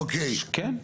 כן.